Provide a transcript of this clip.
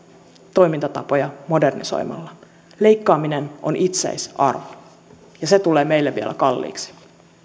toimintatapoja modernisoimalla leikkaaminen on itseisarvo ja se tulee meille vielä kalliiksi